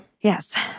Yes